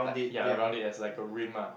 like ya around it as like a rim ah